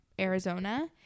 Arizona